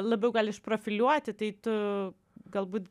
labiau gal išprofiliuoti tai tu galbūt